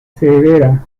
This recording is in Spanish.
severa